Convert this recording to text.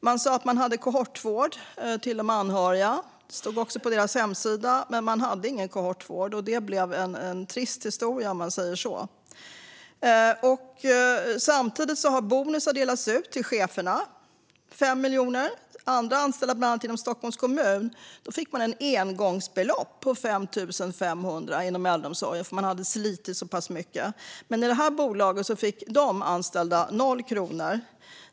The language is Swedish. Man sa till de anhöriga att man hade kohortvård, och det stod också på deras hemsida. Men man hade ingen kohortvård. Det blev en trist historia, om man säger så. Samtidigt har bonusar delats ut till cheferna - 5 miljoner. Andra anställda inom äldreomsorgen, bland annat inom Stockholms kommun, fick ett engångsbelopp på 5 500 kronor för att man hade slitit så pass mycket. Men i det här bolaget fick de anställda 0 kronor.